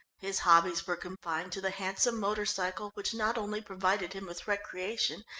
his hobbies were confined to the handsome motor-cycle, which not only provided him with recreation,